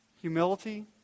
humility